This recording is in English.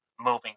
moving